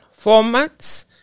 formats